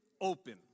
open